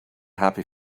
happy